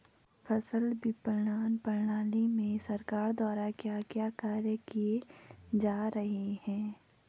फसल विपणन प्रणाली में सरकार द्वारा क्या क्या कार्य किए जा रहे हैं?